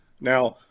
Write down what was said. Now